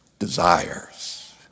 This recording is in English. desires